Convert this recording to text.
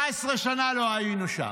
19 שנה לא היינו שם.